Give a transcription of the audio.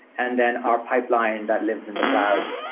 and then our pipeline that lives in the cloud.